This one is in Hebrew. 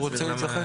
להתייחס?